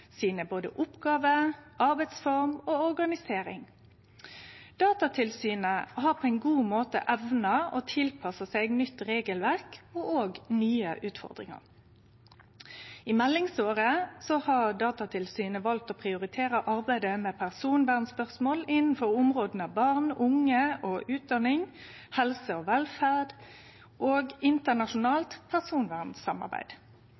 Datatilsynet har på ein god måte evna å tilpasse seg nytt regelverk og òg nye utfordringar. I meldingsåret har Datatilsynet valt å prioritere arbeidet med personvernspørsmål innanfor områda barn, unge og utdanning, helse og velferd og